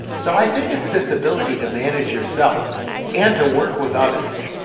so i think it's this ability to manage yourself and to work with others.